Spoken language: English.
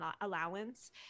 allowance